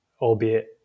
albeit